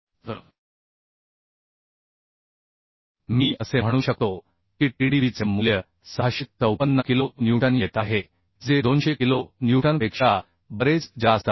तर मी असे म्हणू शकतो की Tdbचे मूल्य 654 किलो न्यूटन येत आहे जे 200 किलो न्यूटनपेक्षा बरेच जास्त आहे